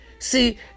See